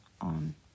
on